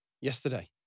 yesterday